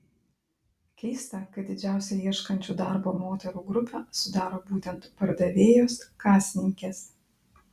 keista kad didžiausią ieškančių darbo moterų grupę sudaro būtent pardavėjos kasininkės